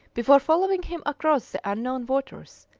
before following him across the unknown waters,